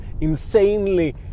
insanely